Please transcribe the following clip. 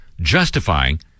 justifying